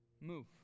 move